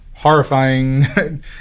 Horrifying